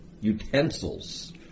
utensils